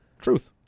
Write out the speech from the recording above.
Truth